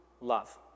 love